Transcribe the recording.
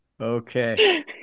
Okay